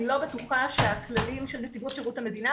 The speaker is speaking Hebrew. אני לא בטוחה שהכללים של נציבות שירות המדינה,